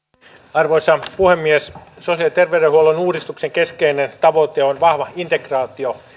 arvoisa puhemies sosiaali ja terveydenhuollon uudistuksen keskeinen tavoite on vahva integraatio